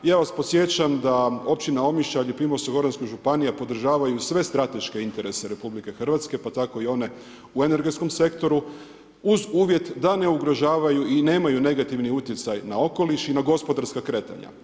Ja vas podsjećam da općina Omišalj i Primorsko-goranska županija podržavaju sve strateške interese Republike Hrvatske, pa tako i one u energetskom sektoru uz uvjet da ne ugrožavaju i nemaju negativni utjecaj na okoliš i na gospodarska kretanja.